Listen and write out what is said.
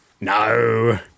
no